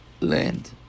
land